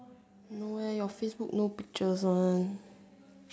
no eh your Facebook no picture also